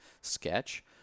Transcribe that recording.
sketch